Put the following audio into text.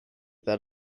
that